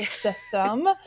system